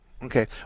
Okay